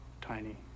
Tiny